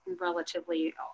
relatively